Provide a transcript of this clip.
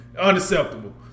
Unacceptable